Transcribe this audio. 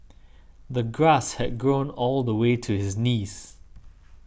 the grass had grown all the way to his knees